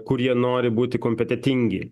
kur jie nori būti kompetentingi